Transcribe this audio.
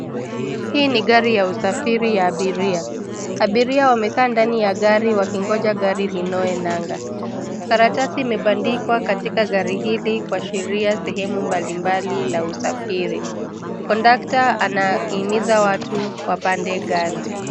Hii ni gari ya usafiri ya abiria, abiria wamekaa ndani ya gari wakingoja gari lingoe nanga, karatasi imebandikwa katika gari hili kuashiria sehemu mbalimbali la usafiri. Kondakta anahimiza watu wapande gari.